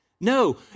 No